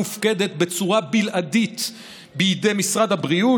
מופקדת בצורה בלעדית בידי משרד הבריאות,